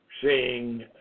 seeing